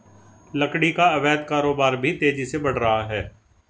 लकड़ी का अवैध कारोबार भी तेजी से बढ़ रहा है